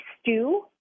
stew